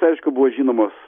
aišku buvo žinomos